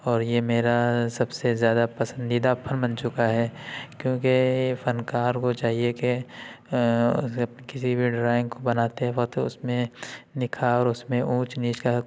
اور یہ میرا سب سے زیادہ پسندیدہ فن بن چکا ہے کیونکہ فنکار کو چاہیے کہ اسے کسی بھی ڈرائنگ کو بناتے وقت اس میں نکھار اس میں اونچ نیچ کا